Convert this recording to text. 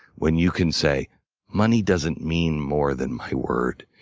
when you can say money doesn't mean more than my word.